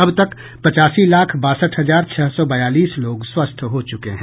अब तक पचासी लाख बासठ हजार छह सौ बयालीस लोग स्वस्थ हो चुके हैं